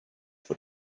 for